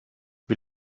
wie